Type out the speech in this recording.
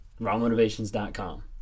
rawmotivations.com